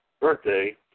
birthday